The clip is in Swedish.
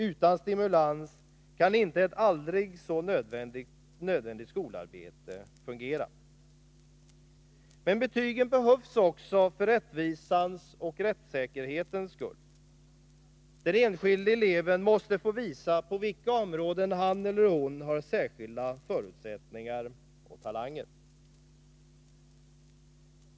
Utan stimulans kan inte ett aldrig så nödvändigt skolarbete fungera. Men betygen behövs också för rättvisans och rättssäkerhetens skull. Den enskilda eleven måste få visa på vilka områden han eller hon har särskilda förutsättningar och talanger.